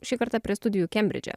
šį kartą prie studijų kembridže